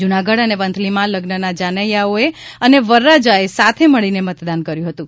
જૂનાગઢ અને વંથલીમાં લગ્નના જાનૈયાઓએ અને વરરાજાએ સાથે મળીને મતદાન કર્યું હતું